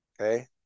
Okay